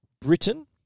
Britain